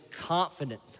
confident